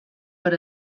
per